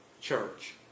church